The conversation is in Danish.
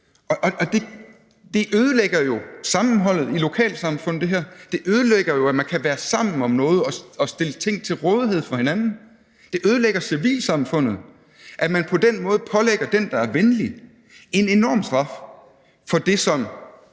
Det ødelægger jo sammenholdet i lokalsamfundet; det ødelægger, at man kan være sammen om noget og stille ting til rådighed for hinanden; det ødelægger civilsamfundet, at man på den måde pålægger den, der er venlig, en enorm straf for den